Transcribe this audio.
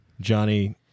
Johnny